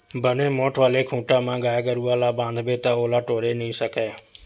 बने मोठ्ठ वाले खूटा म गाय गरुवा ल बांधबे ता ओला टोरे नइ सकय